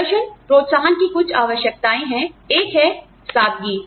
प्रदर्शन प्रोत्साहन की कुछ आवश्यकताएं हैं एक है सादगी